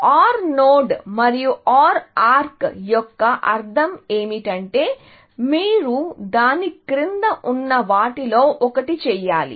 OR node మరియు OR arc యొక్క అర్థం ఏమిటంటే మీరు దాని క్రింద ఉన్న వాటిలో ఒకటి చేయాలి